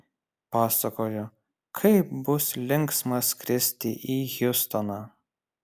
pasakoju kaip bus linksma skristi į hjustoną